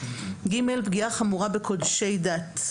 פגיעה חמורה בקודשי דת.